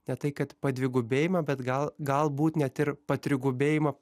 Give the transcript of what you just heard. ne tai kad padvigubėjimą bet gal galbūt net ir patrigubėjimą